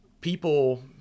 people—